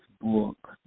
book